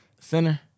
Center